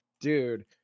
Dude